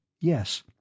Yes